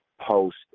post